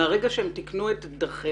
מהרגע שהם תקנו את דרכיהם.